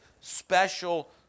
special